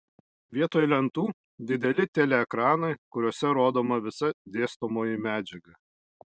vietoj lentų dideli teleekranai kuriuose rodoma visa dėstomoji medžiaga